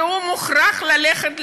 והוא מוכרח ללכת לעבוד.